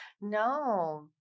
No